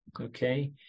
okay